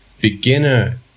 beginner